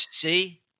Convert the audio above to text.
See